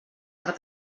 per